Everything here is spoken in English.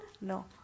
No